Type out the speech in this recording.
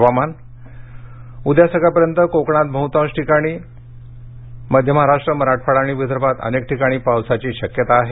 हवामान उद्या सकाळपर्यंत कोकणात बहुतांश सर्व ठिकाणी मध्य महाराष्ट्र मराठवाडा आणि विदर्भात अनेक ठिकाणी पावसाची शक्यता आहे